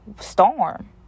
storm